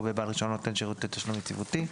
בבעל רישיון נותן שירותי תשלום יציבותי.